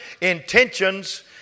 intentions